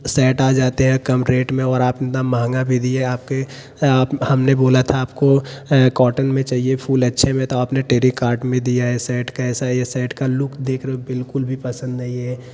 shirt आ जाते हैं कम रेट में और आप कितने महँगा भी दिए आपके हमने बोला था आपको कॉटन में चाहिए फुल अच्छे में तो अपने टेलीकार्ट में दिया है शर्ट कैसा यह शर्ट का लुक देख रहे हो बिलकुल भी पसंद नहीं है